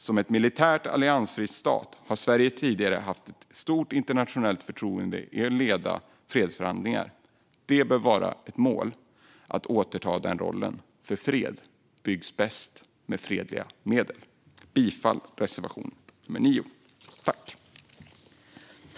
Som en militärt alliansfri stat har Sverige tidigare haft ett stort internationellt förtroende när det gäller att leda fredsförhandlingar. Det bör vara vårt mål att återta den rollen. Fred byggs bäst med fredliga medel. Jag yrkar bifall till reservation 9.